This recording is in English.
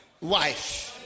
wife